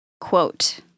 Quote